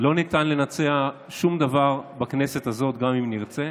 לא ניתן לבצע שום דבר בכנסת הזאת, גם אם נרצה.